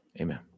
Amen